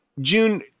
June